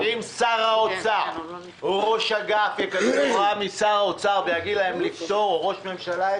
אם ראש אגף יקבל הוראה משר האוצר ויגיד להם לפטור ראש ממשלה,